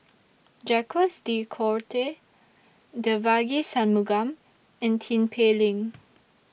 Jacques De Coutre Devagi Sanmugam and Tin Pei Ling